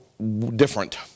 different